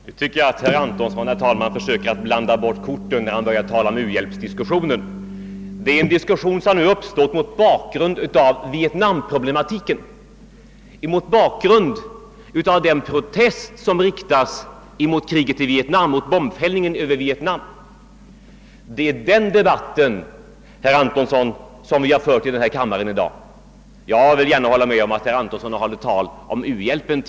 Herr talman! Nu tycker jag att herr Antonsson försöker blanda bort korten när han börjar tala om u-hjälpsdiskussionen. I dag har debatten gällt vietnam problemen och de protester som riktats mot kriget i Vietnam och bombfällningen över Vietnam. Jag vill gärna hålla med om att herr Antonsson tidigare hållit tal om u-hjälpen.